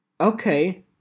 okay